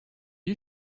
you